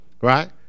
right